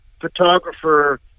photographer